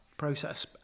process